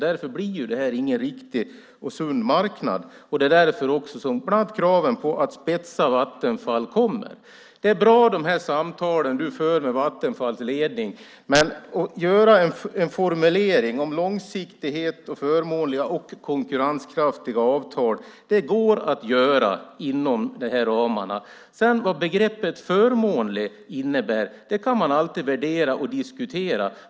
Därför blir detta ingen riktig och sund marknad, och det är också därför som bland annat kraven på att spetsa Vattenfall kommer. De samtal Maud Olofsson för med Vattenfalls ledning är bra. Men det går att göra en formulering om långsiktighet och förmånliga och konkurrenskraftiga avtal inom de här ramarna. Sedan kan man alltid värdera och diskutera vad begreppet förmånlig innebär. Det kan man alltid värdera och diskutera.